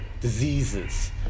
diseases